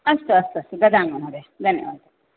अस्तु अस्तु अस्तु ददामि महोदय धन्यवादः